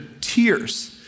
tears